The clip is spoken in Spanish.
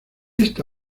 esta